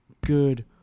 good